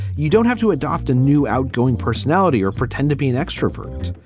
you don't have to adopt a new outgoing personality or pretend to be an extrovert.